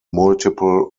multiple